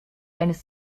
eines